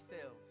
sales